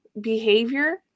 behavior